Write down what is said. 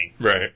Right